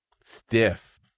Stiff